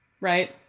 right